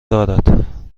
دارد